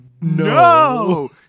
no